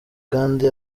kandi